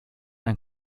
ein